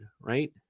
right